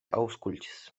aŭskultis